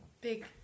big